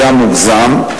היה מוגזם,